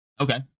Okay